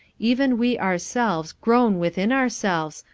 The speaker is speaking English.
even we ourselves groan within ourselves,